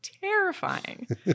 terrifying